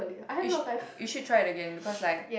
you should you should try it again because like